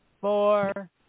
four